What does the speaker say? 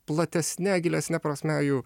platesne gilesne prasme jau